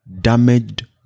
damaged